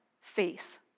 face